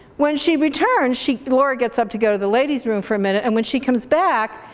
when she returns she, laura gets up to go to the ladies room for minute and when she comes back,